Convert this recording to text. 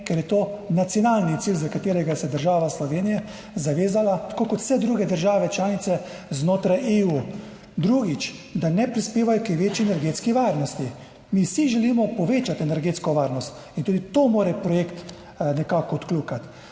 ker je to nacionalni cilj, za katerega se je država Slovenija zavezala tako kot vse druge države članice znotraj EU, drugič, ne prispevajo k večji energetski varnosti. Mi vsi želimo povečati energetsko varnost in tudi to mora projekt nekako odkljukati.